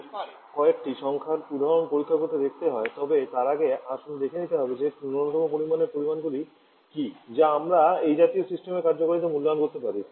এখন যদি আমাদের কয়েকটি সংখ্যার উদাহরণ পরীক্ষা করে দেখতে হয় তবে তার আগে আসুন দেখে নিতে হবে যে ন্যূনতম পরিমাণের পরিমাণগুলি কী যা আমরা এই জাতীয় সিস্টেমের কার্যকারিতা মূল্যায়ন করতে পারি